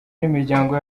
nimiryango